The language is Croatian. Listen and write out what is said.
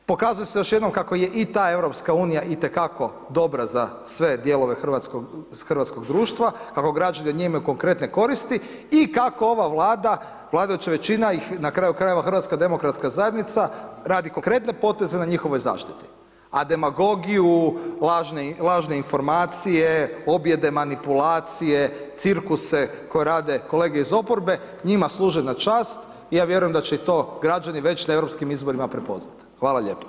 Pokazuje se još jednom kako je i ta EU i te kako dobra za sve dijelove hrvatskog društva, kako građani od nje imaju konkretne koristi i kako ova Vlada vladajuća većina ih na kraju krajeva HDZ radi konkretne poteze na njihovoj zaštiti a demagogiju, lažne informacije, objede manipulacije, cirkuse koje rade kolege iz oporbe, njima služe na čast, ja vjerujem da će i to građani već na europskim izborima prepoznat, hvala lijepo.